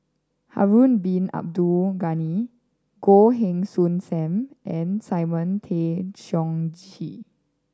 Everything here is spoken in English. Harun Bin Abdul Ghani Goh Heng Soon Sam and Simon Tay Seong Chee